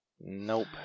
Nope